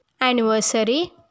anniversary